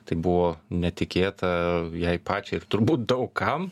tai buvo netikėta jai pačiai ir turbūt daug kam